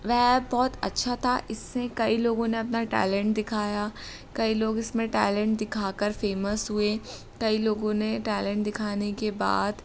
वह ऐप बहुत अच्छा था इससे कई लोगों ने अपना टैलेंट दिखाया कई लोग इसमें टैलेंट दिखाकर फ़ेमस हुए कई लोगों ने टैलेंट दिखाने के बाद